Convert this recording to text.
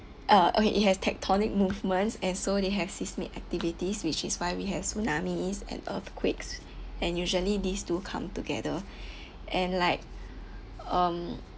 uh okay it has tectonic movements and so they have seismic activities which is why we have tsunamis and earthquakes and usually these two come together and like um